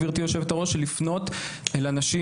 גברתי היושבת-ראש לפנות לאנשים,